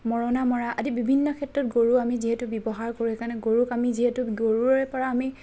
মৰণা মৰা আদি বিভিন্ন ক্ষেত্ৰত গৰু আমি যিহেতু ব্যৱহাৰ কৰোঁ সেইকাৰণে গৰুক আমি যিহেতু গৰুৰে পৰা আমি